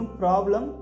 problem